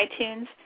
iTunes